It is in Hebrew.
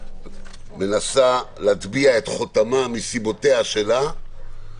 מנסה להטביע את חותמה מסיבותיה שלה,